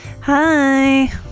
Hi